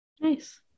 Nice